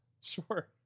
Sure